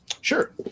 Sure